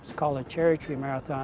called the cherry tree marathon